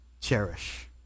cherish